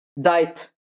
diet